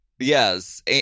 Yes